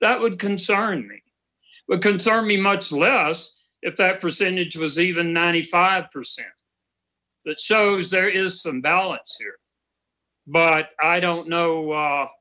that would concern me what concerns me much less if that percentage was even ninety five percent that so there is some balance here but i don't know